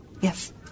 Yes